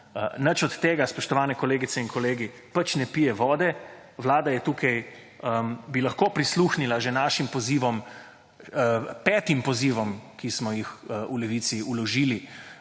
Nič od tega, spoštovane kolegice in kolegi, pač ne pije vode. Vlada je tukaj, bi lahko prisluhnila že našim pozivom, petim pozivom, ki smo jih v Levici vložili